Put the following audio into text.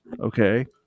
okay